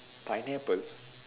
pineapple